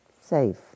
safe